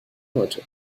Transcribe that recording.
heute